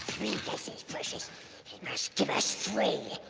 but precious. he must give us three.